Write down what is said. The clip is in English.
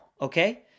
okay